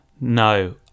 No